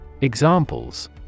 Examples